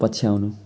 पछ्याउनु